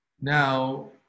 Now